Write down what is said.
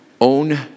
own